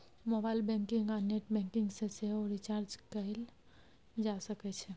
mobile banking आ net banking सँ सेहो रिचार्ज कएल जा सकै छै